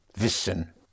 Wissen